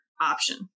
option